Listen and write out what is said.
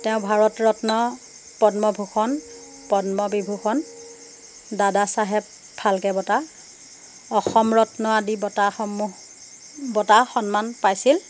তেওঁ ভাৰত ৰত্ন পদ্মভূষণ পদ্মবিভূষণ দাদা চাহেব ফাল্কে বঁটা অসম ৰত্ন আদি বঁটাসমূহ বঁটা সন্মান পাইছিল